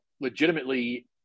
legitimately